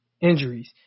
injuries